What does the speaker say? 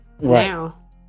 now